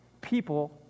people